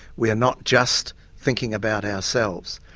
we are not just thinking about ourselves.